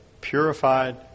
purified